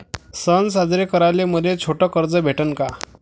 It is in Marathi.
सन साजरे कराले मले छोट कर्ज भेटन का?